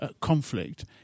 conflict